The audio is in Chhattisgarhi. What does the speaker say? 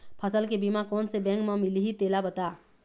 फसल के बीमा कोन से बैंक म मिलही तेला बता?